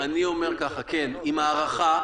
כן, עם הארכה.